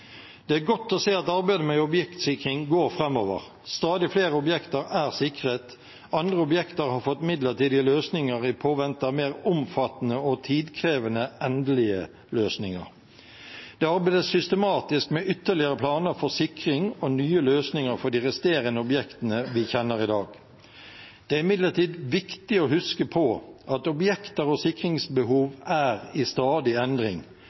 Det er godt å se at arbeidet med objektsikring går framover. Stadig flere objekter er sikret. Andre objekter har fått midlertidige løsninger i påvente av mer omfattende og tidkrevende endelige løsninger. Det arbeides systematisk med ytterligere planer for sikring og nye løsninger for de resterende objektene vi kjenner i dag. Det er imidlertid viktig å huske på at objekter og sikringsbehov er i stadig endring,